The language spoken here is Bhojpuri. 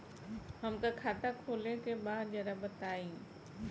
हमका खाता खोले के बा जरा बताई?